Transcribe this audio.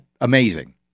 amazing